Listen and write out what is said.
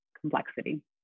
complexity